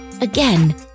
Again